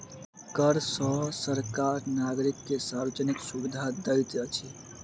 कर सॅ सरकार नागरिक के सार्वजानिक सुविधा दैत अछि